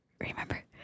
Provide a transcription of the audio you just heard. Remember